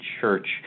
church